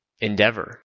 endeavor